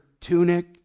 tunic